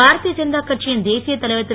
பாரதிய ஜனதா கட்சியின் தேசிய தலைவர் திரு